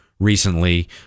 Recently